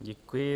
Děkuji.